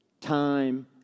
time